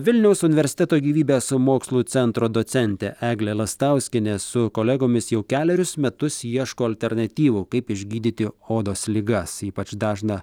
vilniaus universiteto gyvybės mokslų centro docentė eglė lastauskienė su kolegomis jau kelerius metus ieško alternatyvų kaip išgydyti odos ligas ypač dažną